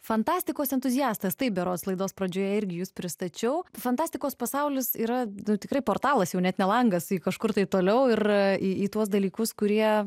fantastikos entuziastas tai berods laidos pradžioje irgi jus pristačiau fantastikos pasaulis yra du tikrai portalas jau net ne langas kažkur tai toliau ir į tuos dalykus kurie